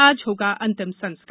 आज होगा अंतिम संस्कार